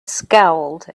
scowled